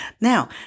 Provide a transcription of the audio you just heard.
Now